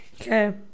Okay